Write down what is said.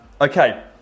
okay